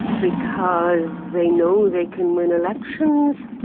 because they know they can win elections.